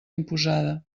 imposada